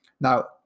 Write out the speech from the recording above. Now